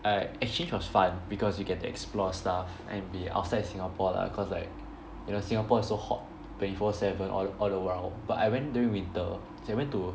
uh exchange was fun because you get to explore stuff and be outside of Singapore lah cause like you know Singapore so hot twenty four seven all all the while but I went during winter so I went to